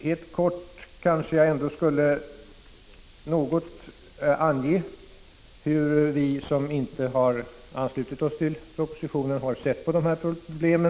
Helt kortfattat skall jag ange hur vi som inte har anslutit oss till propositionen har sett på dessa problem.